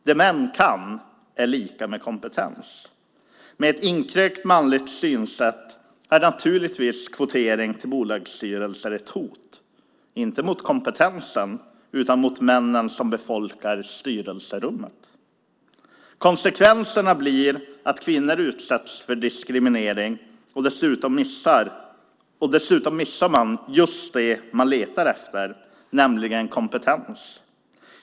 Det män kan är lika med kompetens. Med ett inkrökt manligt synsätt är naturligtvis kvotering till bolagsstyrelser ett hot, inte mot kompetensen, utan mot männen som befolkar styrelserummen. Konsekvensen blir att kvinnor utsätts för diskriminering. Dessutom missar man just det man letar efter, nämligen kompetens.